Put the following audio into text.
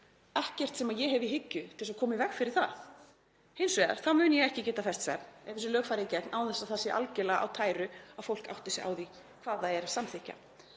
og hef ekkert í hyggju til að koma í veg fyrir það. Hins vegar mun ég ekki geta fest svefn ef þessi lög fara í gegn án þess að það sé algjörlega á tæru að fólk átti sig á því hvað það er að samþykkja.